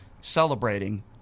celebrating